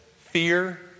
fear